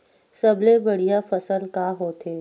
सबले बढ़िया फसल का होथे?